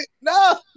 No